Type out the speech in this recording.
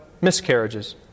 miscarriages